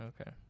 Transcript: Okay